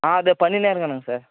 ஆ இதோ பண்ணிக்கின்னே இருக்கானுங்க சார்